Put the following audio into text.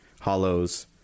hollows